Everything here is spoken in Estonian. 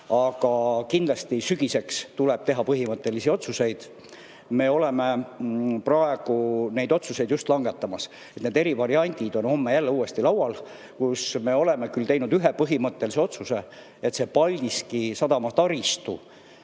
aga kindlasti tuleb sügiseks teha põhimõttelisi otsuseid. Me oleme just praegu neid otsuseid langetamas. Eri variandid on homme jälle uuesti laual. Me oleme küll teinud ühe põhimõttelise otsuse, et Paldiski sadama taristu